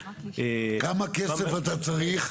כמה כסף אתה צריך?